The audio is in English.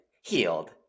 healed